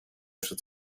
przed